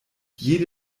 jede